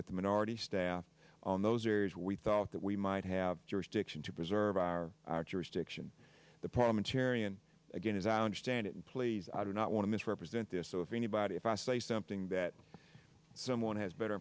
with the minority staff on those areas we thought that we might have jurisdiction to preserve our jurisdiction the parliamentarian again as i understand it and please i do not want to misrepresent this so if anybody if i say something that someone has better